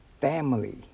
family